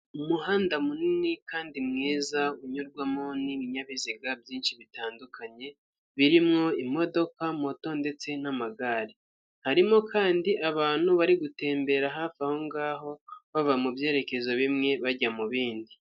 Umuhanda munini kandi mwiza unyurwamo n'ibinyabiziga byinshi bitandukanye, birimo imodoka, moto ndetse n'amagare, harimo kandi abantu bari gutembera hafi aho ngaho bava mu byerekezo bimwe bajya mu bindi.